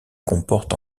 comporte